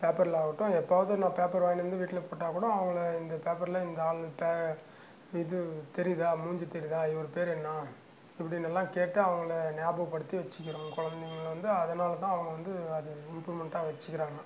பேப்பரில் ஆகட்டும் எப்போவாவது நான் பேப்பர் வாங்கிட்டு வந்து வீட்டில் போட்டால் கூட அவங்கள இந்த பேப்பரில் இந்த ஆளு இப்போ இது தெரியுதா மூஞ்சி தெரியுதா இவரு பேரு என்ன அப்படினெல்லாம் கேட்டு அவங்கள ஞாபகப்படுத்தி வச்சுக்கணும் குழந்தைகள வந்து அதனால் தான் அவங்க வந்து அது இம்ப்ரூவ்மண்டாக வச்சுக்கிறாங்க